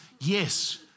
yes